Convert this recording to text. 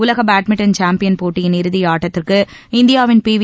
உலக badminton champion போட்டியின் இறுதியாட்டத்திற்கு இந்தியாவின் பி வி